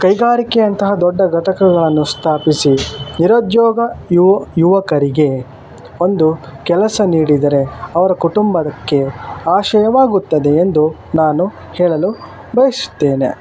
ಕೈಗಾರಿಕೆಯಂತಹ ದೊಡ್ಡ ಘಟಕಗಳನ್ನು ಸ್ಥಾಪಿಸಿ ನಿರುದ್ಯೋಗ ಯುವ ಯುವಕರಿಗೆ ಒಂದು ಕೆಲಸ ನೀಡಿದರೆ ಅವರ ಕುಟುಂಬಕ್ಕೆ ಆಶ್ರಯವಾಗುತ್ತದೆ ಎಂದು ನಾನು ಹೇಳಲು ಬಯಸುತ್ತೇನೆ